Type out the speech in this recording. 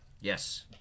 Yes